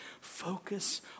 Focus